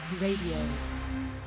Radio